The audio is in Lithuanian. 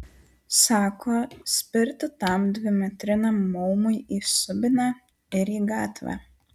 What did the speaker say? sako spirti tam dvimetriniam maumui į subinę ir į gatvę